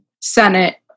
Senate